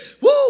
woo